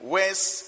West